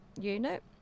unit